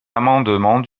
amendement